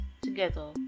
together